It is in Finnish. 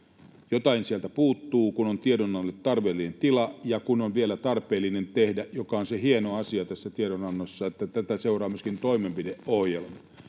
Jotain sieltä puuttuu, kun on tiedonannolle tarpeellinen tila ja kun on vielä tarpeellista tehdä se, joka on se hieno asia tässä tiedonannossa, että tätä seuraa myöskin toimenpideohjelma.